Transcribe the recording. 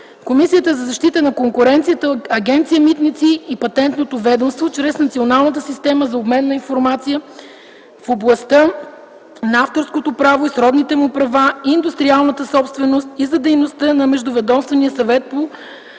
Комисията за защита на конкуренцията, Агенция „Митници” и Патентното ведомство чрез националната система за обмен на информация в областта на авторското право и сродните му права и индустриалната собственост и за дейността на Междуведомствения съвет по